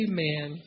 Amen